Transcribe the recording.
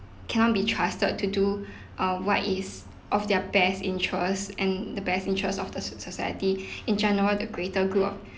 cannot be trusted to do uh what is of their best interest and the best interest of the so~ society in general the greater good of